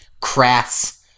crass